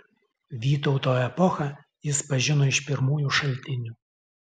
vytauto epochą jis pažino iš pirmųjų šaltinių